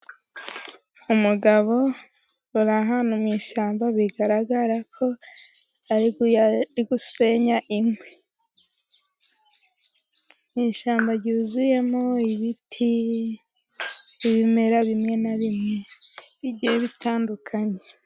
Umugabo uri ahantu mu ishyamba bigaragara ko ari gusenya inkwi. Ni ishyamba ryuzuyemo ibiti, n'ibimera bimwe na bimwe bigiye bitandukanye.